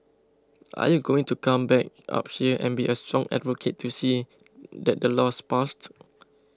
are you going to come back up here and be a strong advocate to see that the law's passed